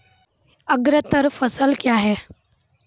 अग्रतर फसल क्या हैं?